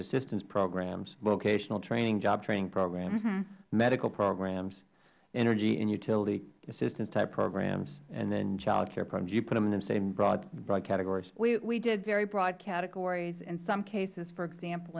assistance programs vocational training job training programs medical programs energy and utility assistance type programs and then child care programs did you put them in the same broad categories ms dalton we did very broad categories in some cases for example